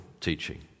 teaching